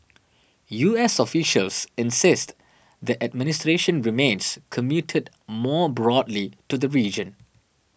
U S officials insist the administration remains committed more broadly to the region